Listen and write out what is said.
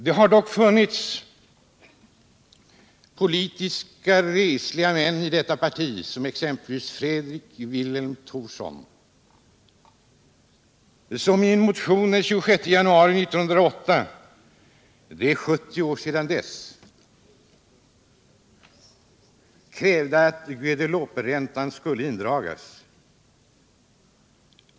Det har dock funnits politiskt resliga män i detta parti, exempelvis Fredrik Vilhelm Thorsson, som i en motion den 26 januari 1908 — det är 70 år sedan dess — krävde att Guadelouperäntan skulle indragas.